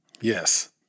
Yes